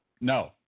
No